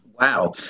Wow